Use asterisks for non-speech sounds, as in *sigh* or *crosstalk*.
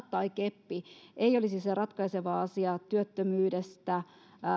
*unintelligible* tai keppi ei olisi se ratkaiseva asia työttömyydestä